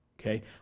Okay